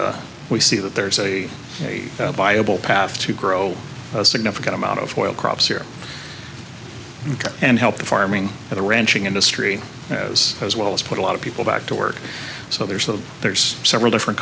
we see that there's a very viable path to grow a significant amount of oil crops here and help the farming of the ranching industry as well as put a lot of people back to work so there's a there's several different